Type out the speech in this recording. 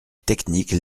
technique